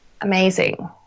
amazing